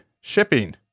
shipping